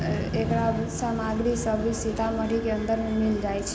एकरा सामग्री सब भी सीतामढ़ी के अन्दर मे मिल जाइ छै